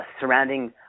surrounding